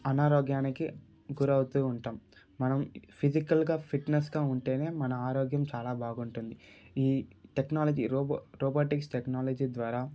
అనారోగ్యానికి గురవుతు ఉంటాం మనం ఫిజికల్గా ఫిట్నెస్గా ఉంటేనే మన ఆరోగ్యం చాలా బాగుంటుంది ఈ టెక్నాలజీ రోబో రోబోటిక్ టెక్నాలజీ ద్వారా